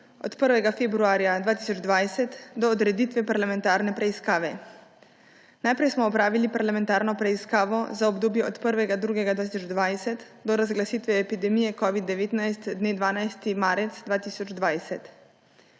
od 1. februarja 2020 do odreditve parlamentarne preiskave. Najprej smo opravili parlamentarno preiskavo za obdobje od 1. 2. 2020 do razglasitve epidemije covid-19 dne 12. marec 2020.